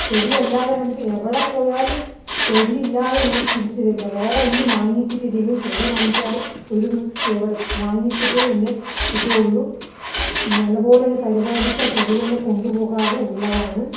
ചെടിയല്ലാതെ നമുക്ക് എവിടെ പോയാലും ചെടി ഇല്ലാതെ ഞാൻ തിരിച്ച് വരില്ല വേറെ ഒന്നും വാങ്ങിച്ചിട്ടില്ലെങ്കിലും ചെടി വാങ്ങിക്കാതെ ഒരു ദിവസം എവിടെ വാങ്ങിച്ചിട്ട് എൻ്റെ ഇതുള്ളു നല്ല പോലെ ഞാൻ പരിപാലിച്ച് ആ ചെടികളിനെ കൊണ്ടുപോകാറുള്ളതാണ്